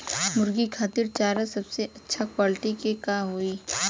मुर्गी खातिर चारा सबसे अच्छा क्वालिटी के का होई?